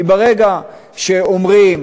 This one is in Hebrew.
כי ברגע שאומרים